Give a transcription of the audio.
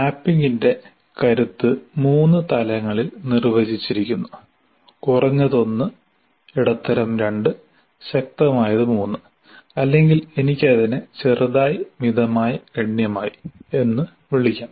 മാപ്പിംഗിന്റെ കരുത്ത് 3 തലങ്ങളിൽ നിർവചിച്ചിരിക്കുന്നു കുറഞ്ഞത് 1 ഇടത്തരം 2 ശക്തമായത് 3 അല്ലെങ്കിൽ എനിക്ക് അതിനെ ചെറുതായി മിതമായി ഗണ്യമായി എന്ന് വിളിക്കാം